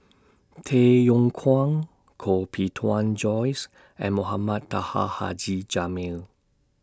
Tay Yong Kwang Koh Bee Tuan Joyce and Mohamed Taha Haji Jamil